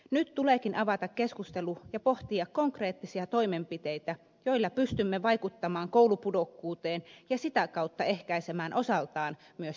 nyt tuleekin avata keskustelu ja pohtia konkreettisia toimenpiteitä joilla pystymme vaikuttamaan koulupudokkuuteen ja sitä kautta ehkäisemään osaltaan myös syrjäytymistä